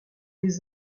les